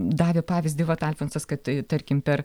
davė pavyzdį vat alfonsas kad tarkim per